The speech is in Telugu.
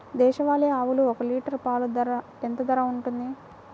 దేశవాలి ఆవులు ఒక్క లీటర్ పాలు ఎంత ధర ఉంటుంది?